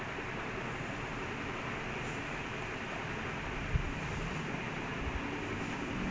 to be caught in like proper chance of like top four and like properly into champion's league